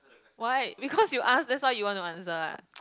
why because you ask that's you want to answer ah